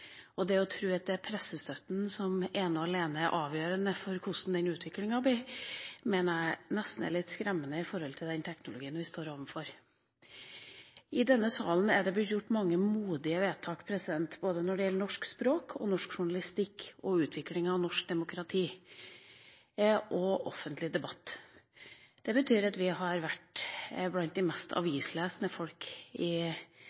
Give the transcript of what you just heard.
og journalistikk blir formidlet. Det å tro at det er pressestøtten som ene og alene er avgjørende for hvordan den utviklingen blir, mener jeg nesten er litt skremmende med tanke på den teknologien vi står overfor. I denne salen er det blitt gjort mange modige vedtak, både når det gjelder norsk språk og norsk journalistikk og utviklingen av norsk demokrati og offentlig debatt. Vi er blant de mest avislesende folk i